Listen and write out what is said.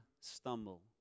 stumble